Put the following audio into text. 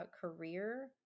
career